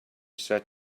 set